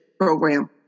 program